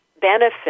benefit